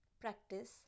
practice